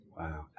Wow